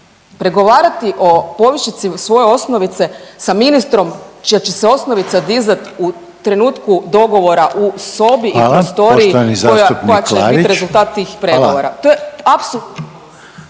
pregovarati o povišici svoje osnovice sa ministrom čija će se osnovica dizati u trenutku dogovora u sobi i prostoriji … …/Upadica Reiner: Hvala.